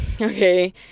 okay